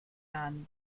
anni